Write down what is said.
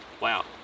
Wow